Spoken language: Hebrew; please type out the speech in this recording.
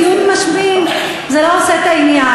דיון משמים, זה לא עושה את העניין.